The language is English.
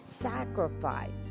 sacrifice